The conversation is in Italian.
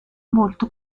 molto